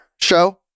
show